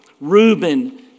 Reuben